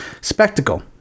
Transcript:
spectacle